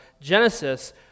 Genesis